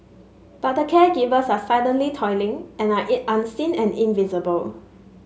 but the caregivers are silently toiling and are unseen and invisible